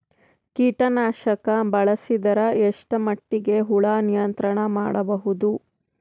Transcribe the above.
ಕೀಟನಾಶಕ ಬಳಸಿದರ ಎಷ್ಟ ಮಟ್ಟಿಗೆ ಹುಳ ನಿಯಂತ್ರಣ ಮಾಡಬಹುದು?